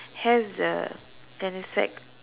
has the gunny sack